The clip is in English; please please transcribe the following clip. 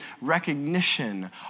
recognition